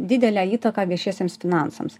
didelę įtaką viešiesiems finansams